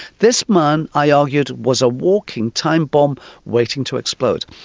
this man i argued was a walking time bomb waiting to explode.